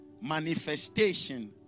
manifestation